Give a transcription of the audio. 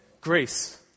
Grace